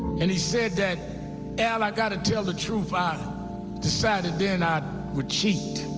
and he said that al, i got to tell the truth, i decided then ah would cheat.